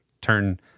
turn